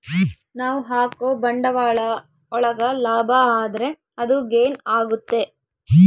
ನಾವ್ ಹಾಕೋ ಬಂಡವಾಳ ಒಳಗ ಲಾಭ ಆದ್ರೆ ಅದು ಗೇನ್ ಆಗುತ್ತೆ